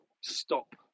stop